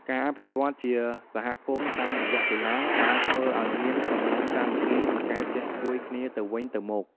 ការអភិវឌ្ឍជាសហគមន៍តាមរយៈកីឡាបានធ្វើឲ្យមានកម្លាំងសាមគ្គីនិងការចេះជួយគ្នាទៅវិញទៅមក។